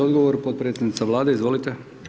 Odgovor potpredsjednica Vlade, izvolite.